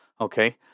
Okay